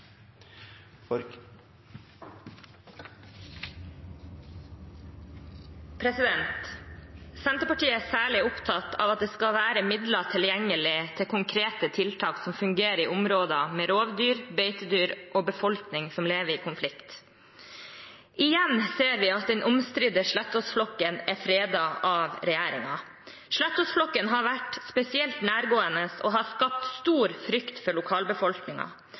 områder med rovdyr, beitedyr og befolkning som lever i konflikt. Igjen ser vi at den omstridte Slettås-flokken er fredet av regjeringen. Slettås-flokken har vært spesielt nærgående og har skapt stor frykt for